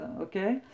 Okay